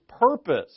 purpose